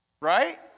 right